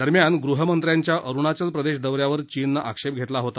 दरम्यान गृहमंत्र्यांच्या अरुणाचल प्रदेश दौऱ्यावर चीनने आक्षेप घेतला होता